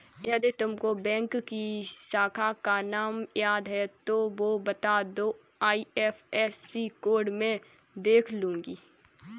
यदि तुमको बैंक की शाखा का नाम याद है तो वो बता दो, आई.एफ.एस.सी कोड में देख लूंगी